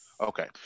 Okay